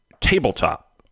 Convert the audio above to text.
Tabletop